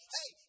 Hey